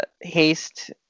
haste